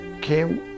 came